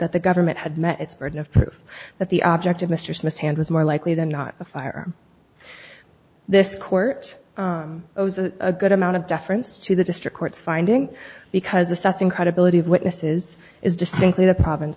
that the government had met its burden of proof that the object of mr smith's hand was more likely than not a fire this court was a good amount of deference to the district court's finding because assessing credibility of witnesses is distinctly the province